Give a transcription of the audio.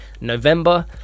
November